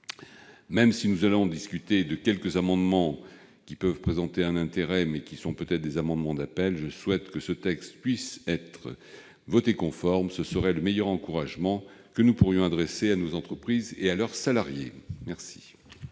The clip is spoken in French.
Même si nous allons examiner quelques amendements, lesquels, s'ils peuvent présenter un intérêt, ne sont peut-être que des amendements d'appel, je souhaite que ce texte puisse être voté conforme : cela constituerait le meilleur encouragement que nous pourrions adresser à nos entreprises et à leurs salariés. La